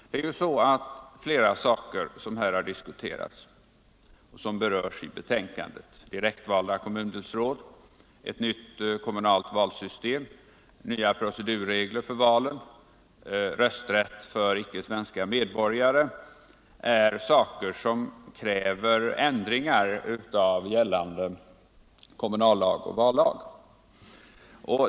Flera av de frågor som diskuterats här och som berörs i konstitutionsutskottets betänkande — direktvalda kommundelsråd, ett nytt kommunalt valsystem, nya procedurregler för valen och rösträtt för icke svenska medborgare — är sådant som kräver ändringar i gällande kommunallag och vallag.